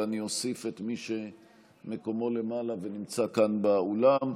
אני אוסיף את מי שמקומו למעלה ונמצא כאן באולם.